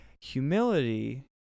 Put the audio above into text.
Humility